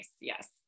Yes